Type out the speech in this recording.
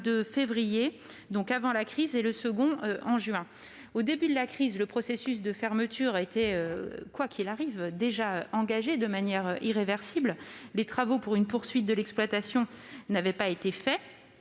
22 février, avant la crise, et le second en juin. Au début de la crise, le processus de fermeture était, quoi qu'il arrive, déjà engagé de manière irréversible, les travaux nécessaires à la poursuite de l'exploitation n'avaient pas été réalisés